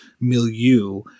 milieu